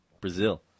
Brazil